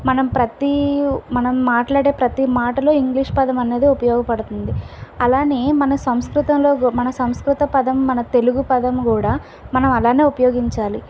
మనం ప్రతి మనం మాట్లాడే ప్రతి మాటలో ఇంగ్లీష్ పదం అన్నది ఉపయోగపడుతుంది అలానే మన సంస్కృతంలో మన సంస్కృత పదం మన తెలుగు పదం కూడా మనం అలానే ఉపయోగించాలి